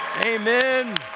amen